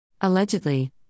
Allegedly